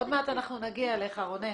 עוד מעט אנחנו נגיע אליך, רונן